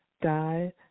died